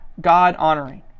God-honoring